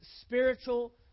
spiritual